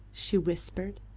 she whispered.